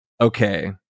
okay